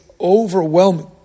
overwhelming